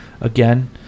again